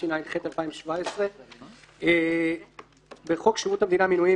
התשע"ח-2017 בחוק שירות המדינה (מינויים),